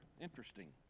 Interesting